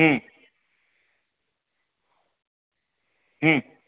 હમ હમ